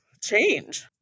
change